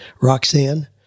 Roxanne